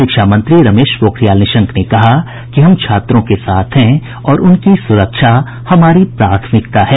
शिक्षामंत्री रमेश पोखरियाल निशंक ने कहा है कि हम छात्रों के साथ हैं और उनकी सुरक्षा हमारी प्राथमिकता है